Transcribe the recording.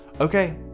okay